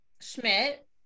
Schmidt